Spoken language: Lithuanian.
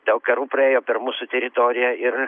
daug karų praėjo per mūsų teritoriją ir